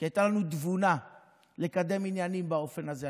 כי הייתה לנו תבונה לקדם עניינים באופן הזה.